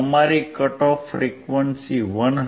અમારી cut off frequency 159